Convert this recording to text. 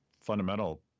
fundamental